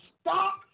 stop